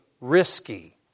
risky